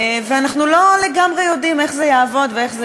ואנחנו לא לגמרי יודעים איך זה יעבוד ואיך זה